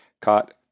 caught